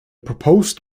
proposed